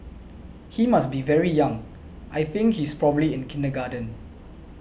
he must be very young I think he's probably in kindergarten